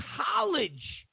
college